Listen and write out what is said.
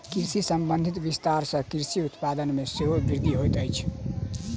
कृषि संबंधी विस्तार सॅ कृषि उत्पाद मे सेहो वृद्धि होइत अछि